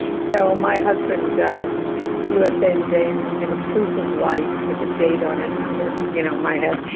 so my husband got a usa today and we did a proof of life with the date on it under you know my head.